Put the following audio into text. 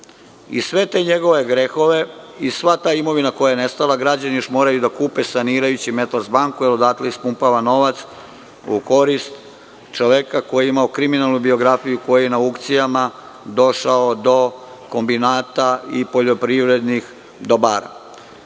i sve te njegove grehove i sva ta imovina koja je nastala, građani još moraju da kupe sanirajući „Metals banku“, odatle ispumpava novac u korist čoveka koji je imao kriminalnu biografiju i koji je na aukcijama došao do kombinata i poljoprivrednih dobara. Takođe